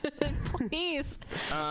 Please